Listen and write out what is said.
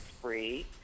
free